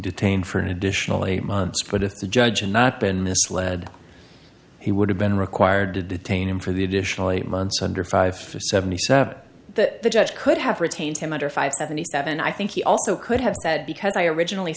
detained for an additional eight months but if the judge not been misled he would have been required to detain him for the additional eight months under five seventy seven the judge could have retained him under five seventy seven i think he also could have said because i originally